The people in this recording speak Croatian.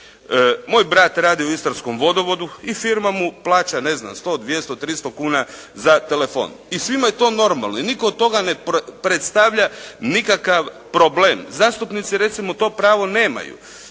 Moj brat radi u Istarskom vodovodu i firma mu plaća 100, 200, 300 kuna za telefon. I svima je to normalno i nitko od toga ne predstavlja nikakav problem. Zastupnici recimo to pravo nemaju.